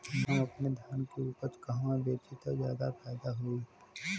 हम अपने धान के उपज कहवा बेंचि त ज्यादा फैदा होई?